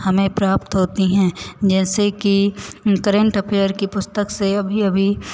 हमें प्राप्त होती हैं जैसे कि करंट अफ़ेयर की पुस्तक से अभी अभी